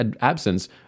absence